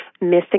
missing